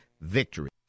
VICTORY